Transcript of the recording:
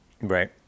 right